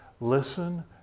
listen